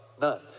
None